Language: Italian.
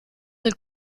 del